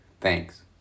Thanks